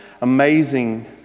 amazing